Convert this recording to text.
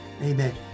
Amen